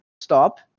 Stop